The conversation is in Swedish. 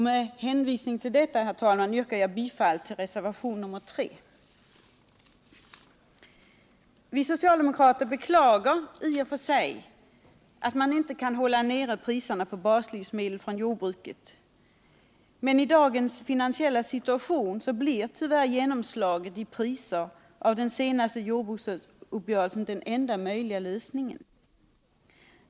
Med hänvisning till detta yrkar jag, herr talman, bifall till reservationen 3. Vi socialdemokrater beklagar i och för sig att man inte kan hålla nere priserna på baslivsmedel från jordbruket, men i dagens finansiella situation blir tyvärr genomslaget i priser av den senaste jordbruksuppgörelsen den enda möjliga lösningen.